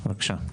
בבקשה.